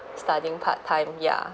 studying part time ya